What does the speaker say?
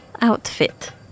Outfit